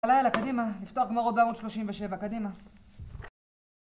יאללה יאללה, קדימה. לפתוח גמרות בעמוד 37, קדימה